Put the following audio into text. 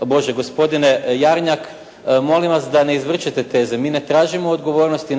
da gospodine Jarnjak molim vas da ne izvrćete teze. Mi ne tražimo odgovornost i